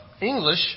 English